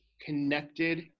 connected